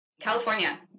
California